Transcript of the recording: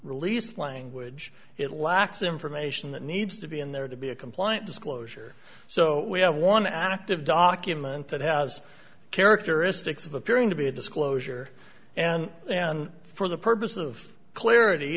release language it lacks information that needs to be in there to be a compliant disclosure so we have one active document that has characteristics of appearing to be a disclosure and then for the purpose of clarity